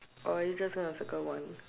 or you just gonna circle one